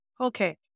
Okay